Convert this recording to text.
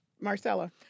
Marcella